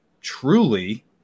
truly